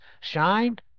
shined